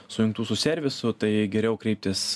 sujungtų su servisu tai geriau kreiptis